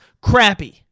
crappy